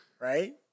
right